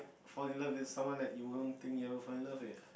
for love is someone that you don't think ya loh for love leh